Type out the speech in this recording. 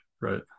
right